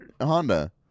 Honda